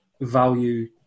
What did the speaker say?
value